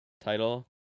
title